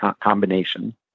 Combination